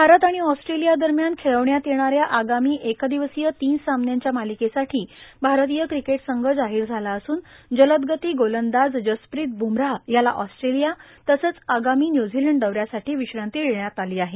भारत आणि ऑस्ट्रेलिया दरम्यान खेळवण्यात येणाऱ्या आगामी एक दिवसीय तीन सामन्यांच्या मालिकेसाठी भारतीय क्रिकेट संघ जाहीर झाला असून जलदगती गोलंदाज जसप्रित ब्मराह याला ऑस्ट्रेलिया तसंच आगामी न्यूझीलंड दौऱ्यासाठी विश्रांती देण्यात आली आहे